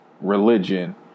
religion